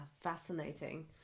fascinating